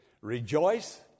rejoice